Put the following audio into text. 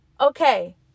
okay